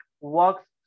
works